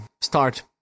start